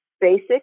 basic